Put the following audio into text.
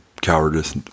cowardice